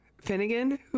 Finnegan